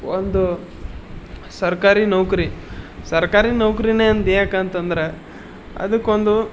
ಒಂದು ಸರ್ಕಾರಿ ನೌಕರಿ ಸರ್ಕಾರಿ ನೌಕರಿನೇ ಅಂದು ಯಾಕಂತಂದರೆ ಅದಕ್ಕೊಂದು